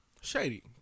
Shady